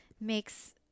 makes